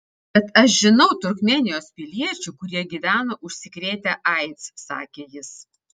bet aš žinau turkmėnijos piliečių kurie gyvena užsikrėtę aids sakė jis